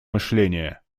мышления